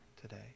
today